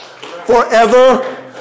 Forever